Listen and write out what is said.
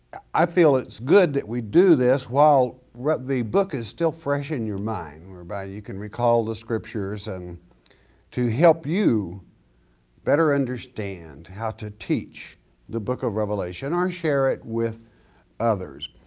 i feel it's good that we do this while the book is still fresh in your mind. whereby you can recall the scriptures and to help you better understand how to teach the book of revelation, or share it with others.